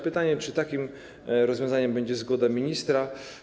Pytanie, czy rozwiązaniem będzie zgoda ministra.